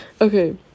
Okay